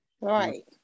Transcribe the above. right